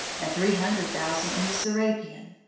and three hundred thousand in the serapion.